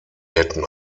hätten